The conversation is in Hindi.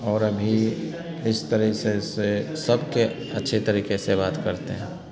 और अभी इस तरह से से सब के अच्छे तरीक़े से बात करते हैं